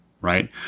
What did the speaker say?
Right